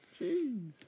Jeez